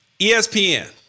ESPN